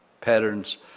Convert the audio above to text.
Pattern's